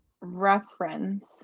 reference